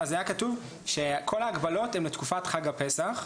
היה כתוב שכל ההגבלות הן לתקופת חג הפסח.